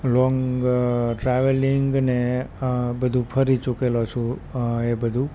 long travelling ને બધું ફરી ચૂકેલો છું એ બધું